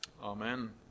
Amen